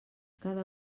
cada